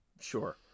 sure